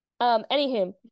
Anywho